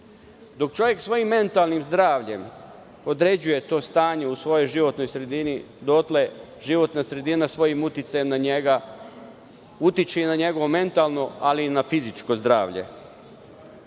čovek svojim mentalnim zdravljem određuje to stanje u svojoj životnoj sredini dotle životna sredina svojim uticajem na njega utiče i na njegovo mentalno, ali i na fizičko zdravlje.